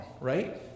right